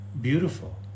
beautiful